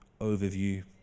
overview